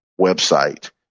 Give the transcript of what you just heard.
website